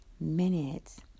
minutes